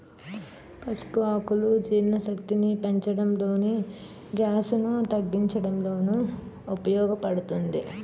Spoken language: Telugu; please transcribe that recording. పసుపు ఆకులు జీర్ణశక్తిని పెంచడంలోను, గ్యాస్ ను తగ్గించడంలోనూ ఉపయోగ పడుతుంది